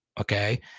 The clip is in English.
okay